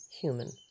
human